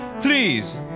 Please